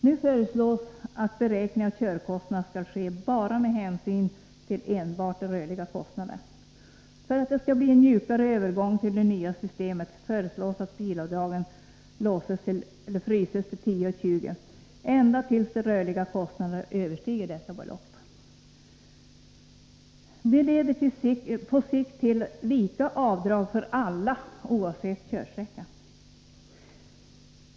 Nu föreslås att beräkning av körkostnaderna skall ske bara med hänsyn till enbart de rörliga kostnaderna. För att det skall bli en mjukare övergång till det nya systemet föreslås att bilavdragen fryses till 10:20 kr. per mil, ända tills de rörliga kostnaderna överstiger detta belopp. Detta leder på sikt till lika avdrag för alla oavsett körsträcka.